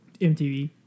MTV